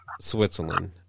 Switzerland